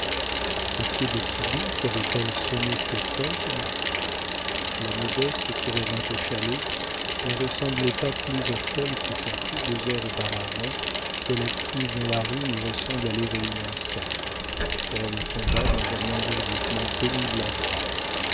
aux pieds de qui donc avait-elle semé ses paroles la modeste qui revint au chalet ne ressemblait pas plus à celle qui sortit deux heures auparavant que l'actrice dans la rue ne ressemble à l'héroïne en scène elle tomba dans un engourdissement pénible à voir